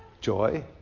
joy